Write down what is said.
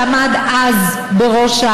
שעמד אז בראש,